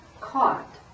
caught